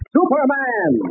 Superman